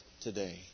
today